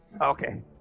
okay